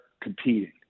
competing